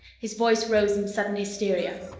his voice rose in sudden hysteria.